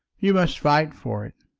you must fight for it.